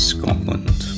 Scotland